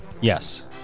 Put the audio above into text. Yes